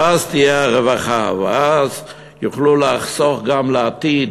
ואז תהיה הרווחה, ואז יוכלו לחסוך גם לעתיד,